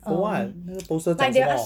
for [what] 那个 poster 懂什么